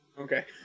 okay